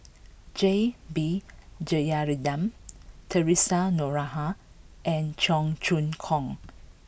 J B Jeyaretnam Theresa Noronha and Cheong Choong Kong